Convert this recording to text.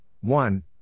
one